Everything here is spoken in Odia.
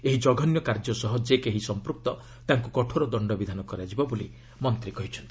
ଏହି ଜଘନ୍ୟ କାର୍ଯ୍ୟ ସହ ଯେ କେହି ସମ୍ପୁକ୍ତ ତାଙ୍କୁ କଠୋର ଦଣ୍ଡବିଧାନ କରାଯିବ ବୋଲି ମନ୍ତ୍ରୀ କହିଛନ୍ତି